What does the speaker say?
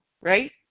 right